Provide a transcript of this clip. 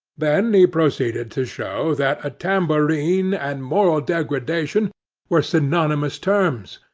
then he proceeded to show that a tambourine and moral degradation were synonymous terms,